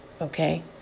Okay